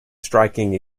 striking